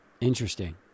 Interesting